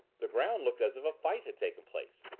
the ground looked as if a fight had taken place.